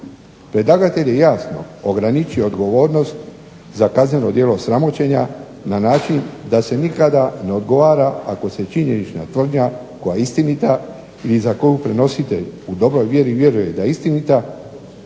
Predlagatelj je jasno ograničio odgovornost za kazneno djelo sramoćenja, na način da se nikada ne odgovara ako se činjenična tvrdnja koja je istinita i za koju prenositelj u dobroj vjeri vjeruje da je istinita,